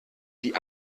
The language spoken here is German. die